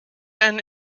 end